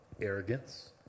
arrogance